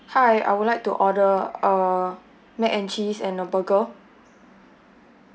hi I would like to order a mac and cheese and a burger